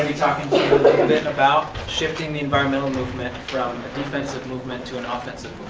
and talking about shifting the environmental movement from a defensive movement to an ah offensive